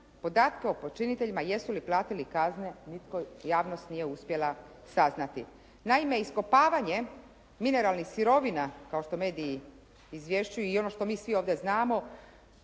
podatke o počiniteljima jesu li platili kazne javnost nije uspjela saznati. Naime, iskopavanjem mineralnih sirovina kao što mediji izvješćuju i ono što mi svi ovdje znamo